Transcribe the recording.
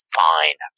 fine